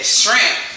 shrimp